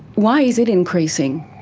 why is it increasing?